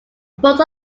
both